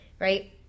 right